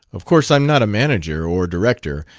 of course i'm not a manager, or director,